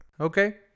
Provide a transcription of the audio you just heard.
okay